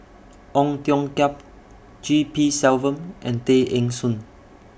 Ong Tiong Khiam G P Selvam and Tay Eng Soon